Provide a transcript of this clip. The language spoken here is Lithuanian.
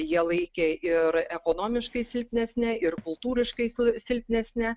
jie laikė ir ekonomiškai silpnesne ir kultūriškai silpnesne